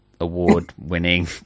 award-winning